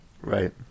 right